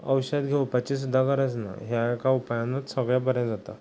औशद घेवपाची सुद्दां गरज ना ह्या एका उपायानूत सगळें बरें जाता